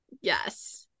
Yes